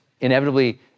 inevitably